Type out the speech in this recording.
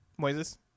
Moises